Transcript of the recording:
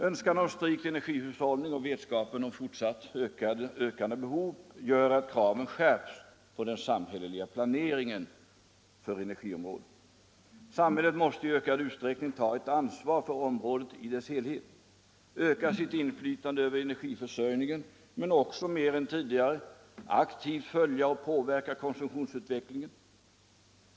Önskan om strikt energihushållning och vetskapen om fortsatt ökning av behoven gör att kraven skärps på den samhälleliga planeringen för energiområdet. Samhället måste i ökad utsträckning ta ett ansvar för området i dess helhet, öka sitt inflytande över energiförsörjningen men också mer än tidigare aktivt följa och påverka konsumtionsutvecklingen.